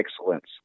excellence